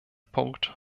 punkt